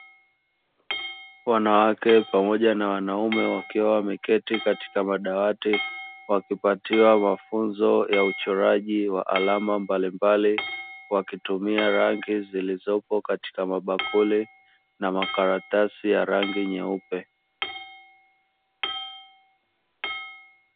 Wanawake pamoja na wanaume wakiwa wameketi katika madawati wakipatiwa mafunzo ya uchoraji wa alama mbalimbali, wakitumia rangi zilizopo katika mabakuli na makaratasi ya rangi nyeupe.